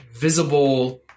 visible